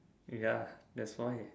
ya that's why